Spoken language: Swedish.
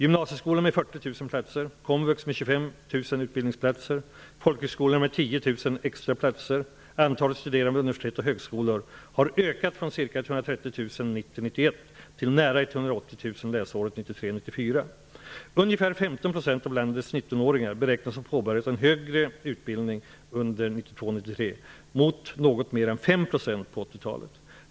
Gymnasieskolan har utökats med 15 % av landets 19-åringar beräknas ha påbörjat en högre utbildning under 1992/93 jämfört med något mer än 5 % på 1980-talet.